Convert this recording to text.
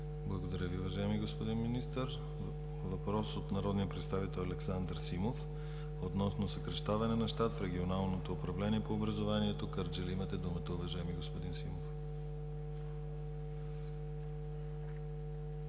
Благодаря Ви, уважаеми господин Министър. Въпрос от народния представител Александър Симов относно съкращаване на щат в Регионалното управление по образованието – Кърджали. Имате думата, уважаеми господин Симов.